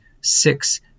six